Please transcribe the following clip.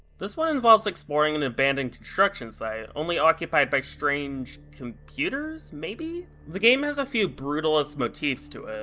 this one involves exploring an abandoned construction site, only occupied by strange. computers? maybe? the game has a few brutalist motifs to it.